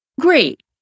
Great